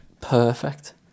perfect